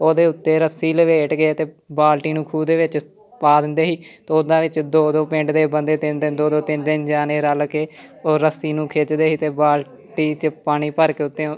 ਉਹਦੇ ਉੱਤੇ ਰੱਸੀ ਲਪੇਟ ਕੇ ਅਤੇ ਬਾਲਟੀ ਨੂੰ ਖੂਹ ਦੇ ਵਿੱਚ ਪਾ ਦਿੰਦੇ ਸੀ ਅਤੇ ਉੱਦਾਂ ਵਿੱਚ ਦੋ ਦੋ ਪਿੰਡ ਦੇ ਬੰਦੇ ਤਿੰਨ ਤਿੰਨ ਦੋ ਦੋ ਤਿੰਨ ਤਿੰਨ ਜਾਣੇ ਰਲ਼ ਕੇ ਉਹ ਰੱਸੀ ਨੂੰ ਖਿੱਚਦੇ ਸੀ ਅਤੇ ਬਾਲਟੀ 'ਚ ਪਾਣੀ ਭਰ ਕੇ ਉੱਤੇ